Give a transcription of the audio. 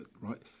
Right